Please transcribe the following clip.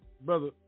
brother